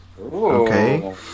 Okay